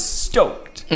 stoked